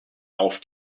auf